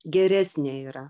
geresnė yra